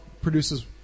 produces